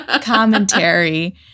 commentary